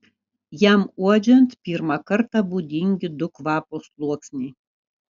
jam uodžiant pirmą kartą būdingi du kvapo sluoksniai